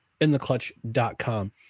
intheclutch.com